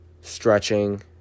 stretching